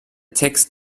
text